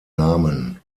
namen